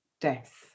death